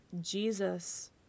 Jesus